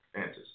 answers